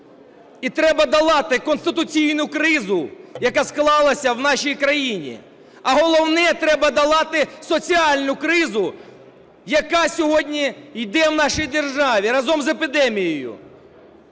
і треба долати конституційну кризу, яка склалася в нашій країні, а головне, треба долати соціальну кризу, яка сьогодні йде в нашій державі разом з епідемією.